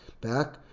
back